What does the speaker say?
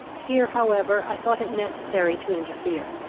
here however i thought it necessary to interfere.